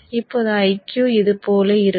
இப்போது Iq இதுபோல இருக்கும்